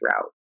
throughout